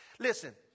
Listen